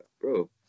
bro